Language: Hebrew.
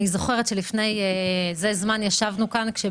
אני זוכרת שלפני זמן מה ישבנו כאן כאשר